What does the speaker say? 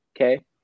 Okay